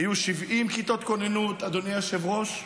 היו 70 כיתות כוננות, אדוני היושב-ראש,